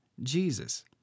Jesus